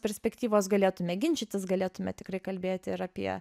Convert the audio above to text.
perspektyvos galėtume ginčytis galėtume tikrai kalbėti ir apie